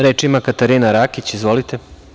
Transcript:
Reč ima Katarina Rakić, izvolite.